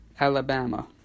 Alabama